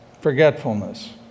forgetfulness